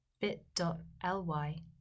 bit.ly